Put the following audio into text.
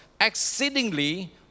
exceedingly